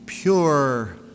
Pure